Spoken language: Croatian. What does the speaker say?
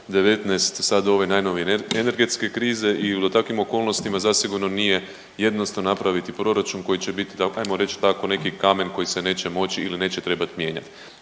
sad ove najnovije energetske krize i da u takvim okolnostima zasigurno nije jednostavno napraviti proračun koji će bit, ajmo reć tako neki kamen koji se neće moći ili neće trebat mijenjat.